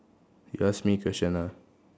you ask me question ah